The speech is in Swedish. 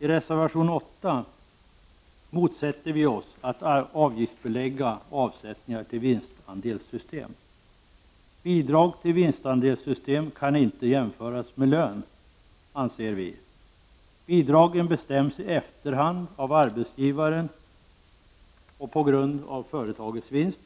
I reservation 8 motsätter vi oss att avgiftsbelägga avsättningar till vinstandelssystem. Vi anser att bidrag till vinstandelssystem inte kan jämföras med lön. Bidragen bestäms i efterhand av arbetsgivaren på grundval av företagets vinst,